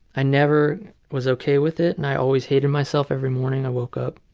i never was okay with it, and i always hated myself. every morning i woke up